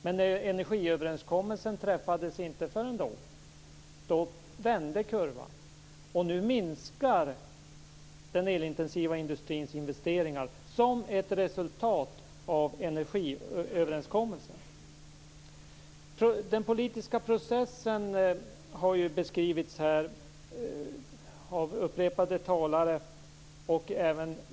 Men energiöverenskommelsen träffades inte förrän då, och då vände kurvan. Nu minskar den elintensiva industrins investeringar som ett resultat av energiöverenskommelsen. Den politiska processen har beskrivits här av upprepade talare.